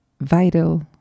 vital